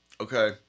Okay